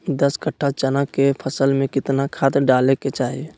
दस कट्ठा चना के फसल में कितना खाद डालें के चाहि?